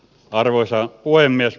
arvoisa puhemies